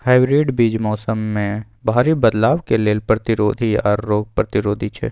hybrid बीज मौसम में भारी बदलाव के लेल प्रतिरोधी आर रोग प्रतिरोधी छै